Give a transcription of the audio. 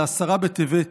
לעשרה בטבת,